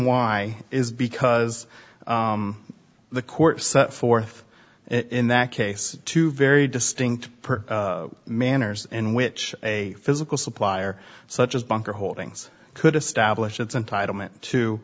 why is because the court set forth in that case two very distinct manners in which a physical supplier such as bunker holdings could establish its entitlement to